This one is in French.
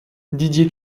didier